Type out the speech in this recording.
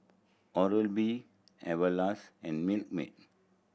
Oral B Everlast and Milkmaid